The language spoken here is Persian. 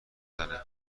زنه